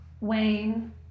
Wayne